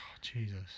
Jesus